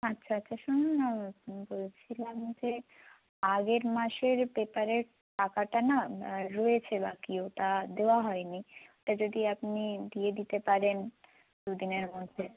আচ্ছা আচ্ছা শুনুন না বলছিলাম যে আগের মাসের পেপারের টাকাটা না রয়েছে বাকি ওটা দেওয়া হয় নি ওটা যদি আপনি দিয়ে দিতে পারেন দু দিনের মধ্যে